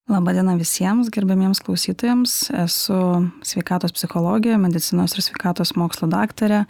laba diena visiems gerbiamiems klausytojams esu sveikatos psichologė medicinos ir sveikatos mokslų daktarė